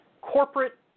corporate